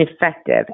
effective